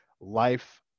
life